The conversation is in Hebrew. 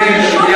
אבל מי, ?